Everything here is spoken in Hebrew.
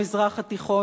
במזרח התיכון,